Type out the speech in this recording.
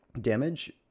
damage